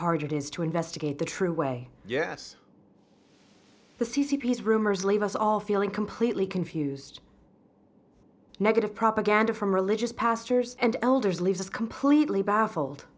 hard it is to investigate the true way yes the c c p has rumors leave us all feeling completely confused negative propaganda from religious pastors and elders leaves us completely baffled